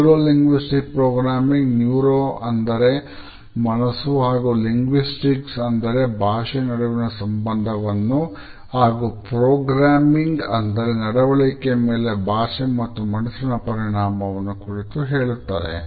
neuro linguistic programming ಅಂದರೆ ನಡವಳಿಕೆಯ ಮೇಲೆ ಭಾಷೆ ಮತ್ತು ಮನಸ್ಸಿನ ಪರಿಣಾಮವನ್ನು ಕುರಿತು ಹೇಳುತ್ತದೆ